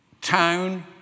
town